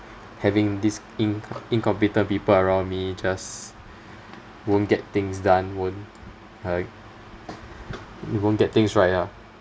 having these inc~ incompetent people around me just won't get things done won't uh you won't get things right ah